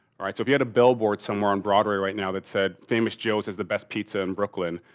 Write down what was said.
all right, so, if you had a billboard somewhere on broadway right now that said famous jill's is the best pizza in brooklyn.